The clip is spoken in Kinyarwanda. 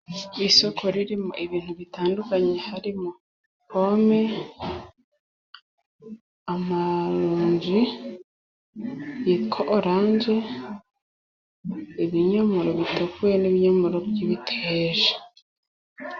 Isoko ririmo ibintu bitandukanye, harimo :pome ,amaronji ,yitwa oranje ,ibinyomoro bitukuye, n'ibinyomoro by'ibiteje.